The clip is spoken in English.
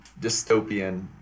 dystopian